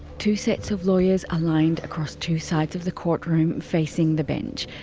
two sets of lawyers are lined across two sides of the courtroom, facing the bench.